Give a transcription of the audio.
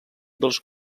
dels